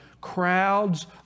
crowds